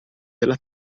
della